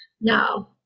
No